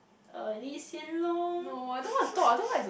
uh Lee-Hsien-Loong